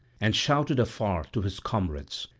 and shouted afar to his comrades,